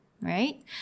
Right